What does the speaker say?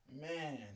man